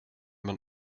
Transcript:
man